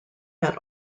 that